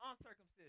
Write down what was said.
uncircumcision